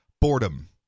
Boredom